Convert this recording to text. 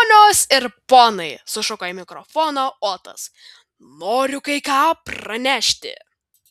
ponios ir ponai sušuko į mikrofoną otas noriu kai ką pranešti